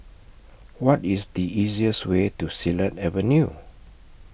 What IS The easiest Way to Silat Avenue